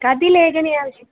कति लेखनी आवश्यकी